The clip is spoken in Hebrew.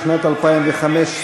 לשנת 2015,